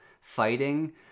fighting